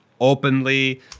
openly